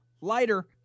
lighter